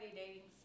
dating